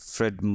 Fred